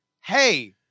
hey